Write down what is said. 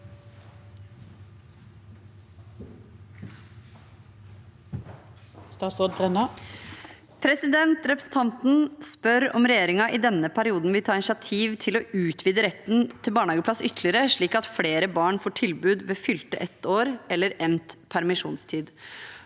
Representanten spør om regjeringen i denne perioden vil ta initiativ til å utvide retten til barnehageplass ytterligere, slik at flere barn får tilbud ved fylte ett år eller endt permisjonstid.